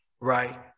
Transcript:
right